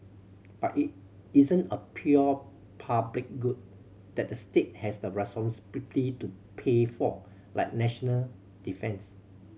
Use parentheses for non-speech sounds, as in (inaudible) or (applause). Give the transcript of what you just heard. but it isn't a pure public good that the state has the (unintelligible) to pay for like national defence